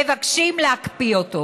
מבקשים להקפיא אותו.